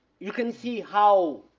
you can see how